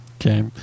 Okay